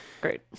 Great